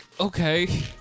Okay